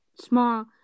small